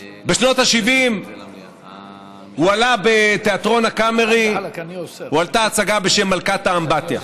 בשנות ה-70 הועלתה בתיאטרון הקאמרי הצגה בשם "מלכת אמבטיה".